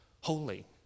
holy